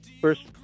first